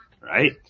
Right